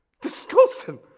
Disgusting